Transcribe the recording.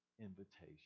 invitation